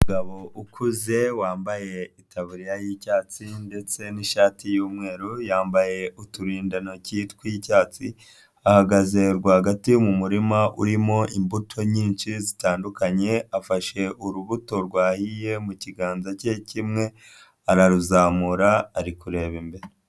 Umugabo ukuze wambaye itaburiya y'icyatsi ndetse ni'shati y'umweru, yambaye uturinda ntoki tw'icyatsi ahagaze rwagati mu murima urimo imbuto nyinshi zitandukanye afashe urubuto rwahiye mu kiganza cye kimwe araruzamura ari kureba imbere.